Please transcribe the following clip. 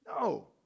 No